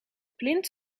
plint